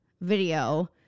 Video